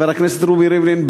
חבר הכנסת ראובן ריבלין,